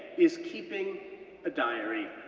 is keeping a diary.